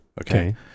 okay